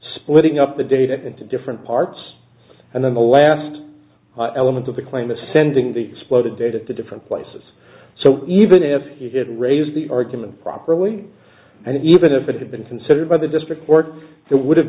splitting up the data into different parts and then the last element of the claim is sending the exploded data to different places so even if it did raise the argument properly and even if it had been considered by the district court there would have